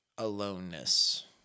Aloneness